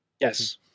Yes